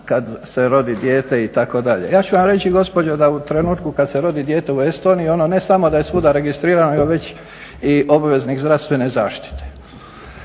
kada se rodi dijete itd. ja ću vam reći gospođo da u trenutku kada se rodi dijete u Estoniji ono ne samo da je svuda registrirano nego već i obveznik zdravstvene zaštite.